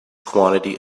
quantity